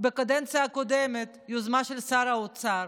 בקדנציה הקודמת, יוזמה של שר האוצר.